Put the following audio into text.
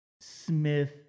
Smith